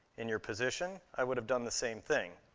in your position, i would have done the same thing.